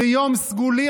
זה יום סגולי,